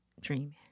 dreaming